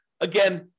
Again